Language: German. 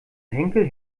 henkel